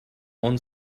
own